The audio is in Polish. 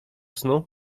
snu